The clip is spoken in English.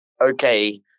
okay